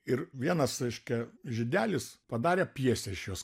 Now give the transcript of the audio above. ir vienas reiškia žydelis padarė pjesę iš jos